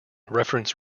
reference